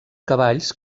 cavalls